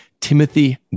Timothy